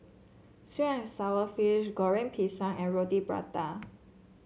sweet and sour fish Goreng Pisang and Roti Prata